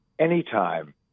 anytime